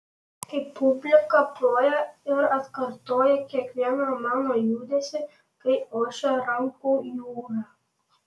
kai publika ploja ir atkartoja kiekvieną mano judesį kai ošia rankų jūra